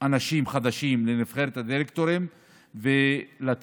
אנשים חדשים לנבחרת הדירקטורים ולהתחיל,